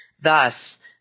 thus